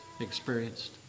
experienced